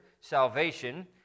salvation